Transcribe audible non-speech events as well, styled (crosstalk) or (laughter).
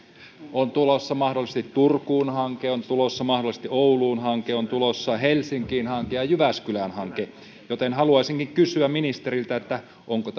on tulossa mahdollisesti turkuun hanke on tulossa mahdollisesti ouluun hanke on tulossa helsinkiin hanke ja jyväskylään hanke joten haluaisinkin kysyä ministeriltä onko (unintelligible)